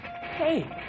Hey